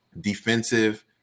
defensive